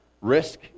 risk